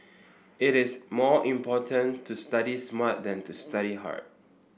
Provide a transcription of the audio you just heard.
it is more important to study smart than to study hard